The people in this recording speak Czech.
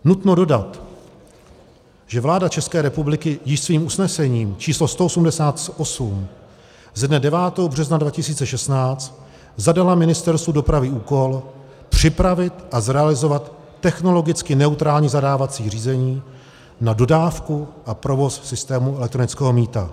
Nutno dodat, že vláda České republiky již svým usnesením číslo 188 ze dne 9. března 2016 zadala Ministerstvu dopravy úkol připravit a zrealizovat technologicky neutrální zadávací řízení na dodávku a provoz systému elektronického mýta.